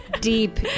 deep